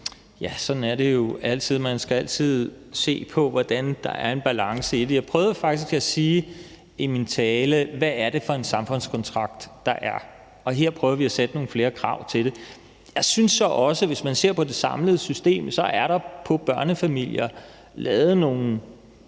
(V): Sådan er det jo altid. Man skal altid se på, hvordan der er en balance i det. Jeg prøvede faktisk i min tale at sige, hvad det er for en samfundskontrakt, der er. Her prøver vi at stille nogle flere krav til det. Jeg synes så også, at hvis man ser på det samlede system, er der i forhold til børnefamilier lavet nogle